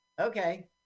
okay